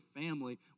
family